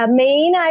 main